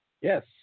yes